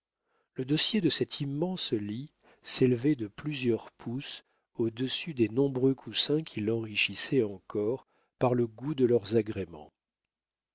le dossier de cet immense lit s'élevait de plusieurs pouces au-dessus des nombreux coussins qui l'enrichissaient encore par le goût de leurs agréments